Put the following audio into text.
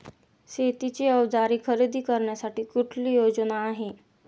शेतीची अवजारे खरेदी करण्यासाठी कुठली योजना आहे?